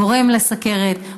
גורמים לסוכרת,